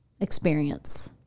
experience